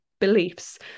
beliefs